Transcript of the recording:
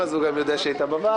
אז הוא גם יודע שהיא היתה בוועד,